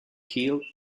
killed